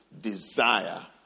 desire